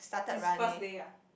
is first day ah